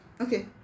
okay